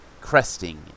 cresting